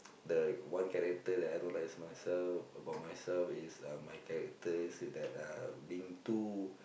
the one character that I don't like is myself about myself is uh my character so that uh being too